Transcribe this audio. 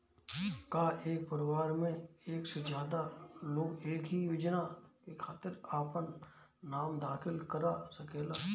का एक परिवार में एक से ज्यादा लोग एक ही योजना के खातिर आपन नाम दाखिल करा सकेला?